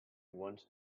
want